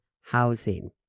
housing